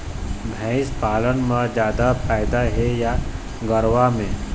भंइस पालन म जादा फायदा हे या गरवा में?